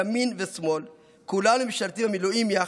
ימין ושמאל: כולנו משרתים במילואים יחד,